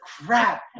crap